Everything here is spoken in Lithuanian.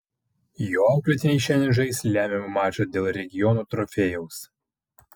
jo auklėtiniai šiandien žais lemiamą mačą dėl regiono trofėjaus